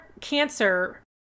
cancer